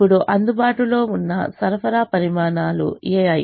ఇప్పుడు అందుబాటులో ఉన్న సరఫరా పరిమాణాలు ai